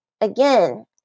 Again